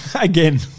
Again